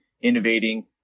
innovating